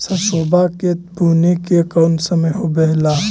सरसोबा के बुने के कौन समय होबे ला?